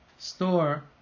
Store